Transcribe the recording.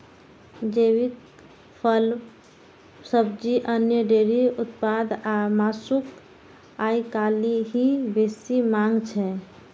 जैविक फल, सब्जी, अन्न, डेयरी उत्पाद आ मासुक आइकाल्हि बेसी मांग छै